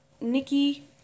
Nikki